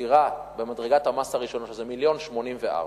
דירה במדרגת המס הראשונה, שזה מיליון ו-84,000,